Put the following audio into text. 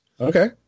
okay